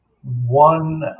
One